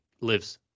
lives